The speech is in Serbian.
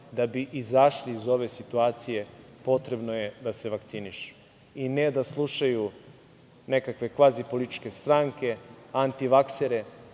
da bi izašli iz ove situacije potrebno je da se vakcinišu i ne da slušaju nekakve kvazi-političke stranke, antivaksere,